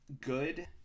good